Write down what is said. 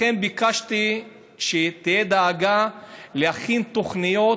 לכן ביקשתי שתהיה דאגה להכין תוכניות